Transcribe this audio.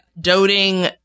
doting